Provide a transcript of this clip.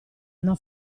una